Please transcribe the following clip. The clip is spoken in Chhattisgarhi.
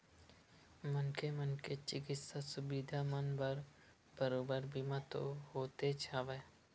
मनखे मन के चिकित्सा सुबिधा मन बर बरोबर बीमा तो होतेच हवय